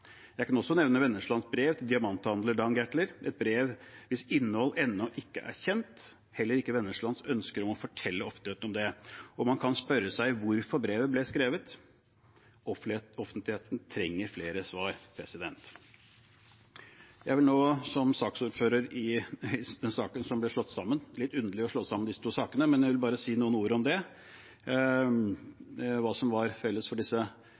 Jeg kan også nevne Wenneslands brev til diamanthandler Dan Gertler, et brev hvis innhold ennå ikke er kjent. Heller ikke Wennesland ønsker å fortelle offentligheten om det, og man kan spørre seg hvorfor brevet ble skrevet. Offentligheten trenger flere svar. Jeg vil nå som saksordfører i sak nr. 5 – litt underlig å slå sammen disse to sakene – si noen ord om hva som var felles for disse